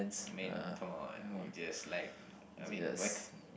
I mean come on we just like I mean why